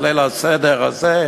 את ליל הסדר הזה,